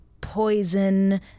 poison